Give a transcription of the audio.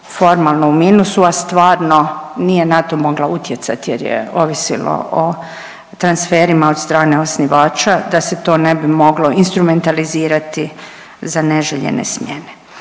formalno u minusu, a stvarno nije na to mogla utjecati jer je ovisilo o transferima od strane osnivača da se to ne bi moglo instrumentalizirati za neželjene smjene.